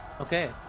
okay